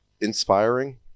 inspiring